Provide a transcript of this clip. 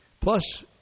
Plus